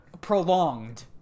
prolonged